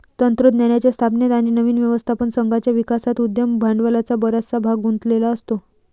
तंत्रज्ञानाच्या स्थापनेत आणि नवीन व्यवस्थापन संघाच्या विकासात उद्यम भांडवलाचा बराचसा भाग गुंतलेला असतो